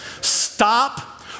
Stop